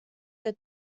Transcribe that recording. que